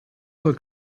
col